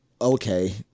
okay